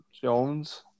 Jones